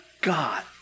God